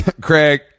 Craig